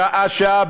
שעה-שעה,